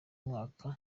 mwaka